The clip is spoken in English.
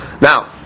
Now